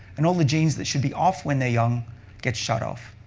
and all the genes that should be off when they're young get shut off.